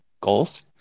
goals